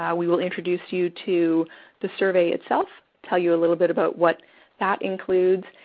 yeah we will introduce you to the survey itself, tell you a little bit about what that includes,